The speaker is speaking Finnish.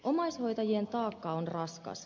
omaishoitajien taakka on raskas